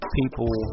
people